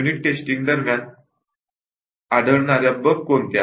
unit testing दरम्यान आढळणाऱ्या bugs कोणत्या